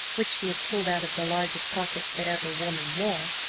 which she had pulled out of the largest pockets that ever woman wore,